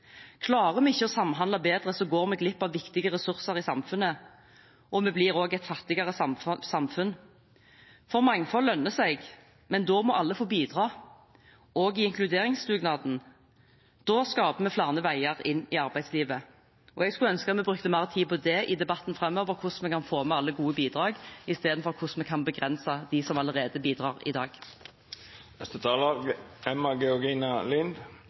Klarer vi ikke å samhandle bedre, går vi glipp av viktige ressurser i samfunnet, og vi blir også et fattigere samfunn. For mangfold lønner seg, men da må alle få bidra, også i inkluderingsdugnaden. Da skaper vi flere veier inn i arbeidslivet. Jeg skulle ønske vi brukte mer tid på det i debatten framover – på hvordan vi kan få med alle gode bidrag – istedenfor på å begrense dem som allerede bidrar i dag.